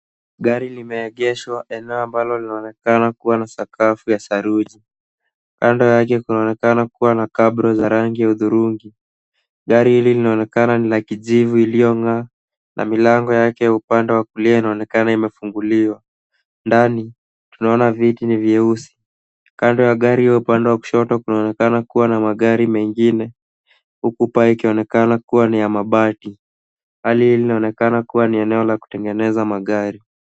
Gari limeegeshwa eneo ambalo linaonekana kuwa na sakafu ya saruji. Kando yake kunaonekana kuwa na cabros za rangi ya hudhurungi. Gari hili linaonekana ni la kijivu iliyong'aa na milango yake ya upande wa kulia inaonekana imefunguliwa. Ndani tunaona viti ni vyeusi. Kando ya gari upande wa kishoto kunaonekana kuwa na magari mengine huku paa ikionekana kuwa ni ya mabati. Hali hii inaonekana kuwa ni eneo la kutengeneza magari.